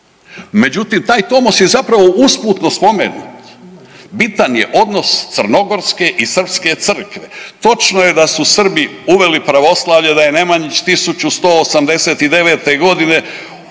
međutim, taj tomos je zapravo usputno spomenut, bitan je odnos Crnogorske i Srpske crkve. Točno je da su Srbi uveli pravoslavlje, da je Nemanjić 1189. g.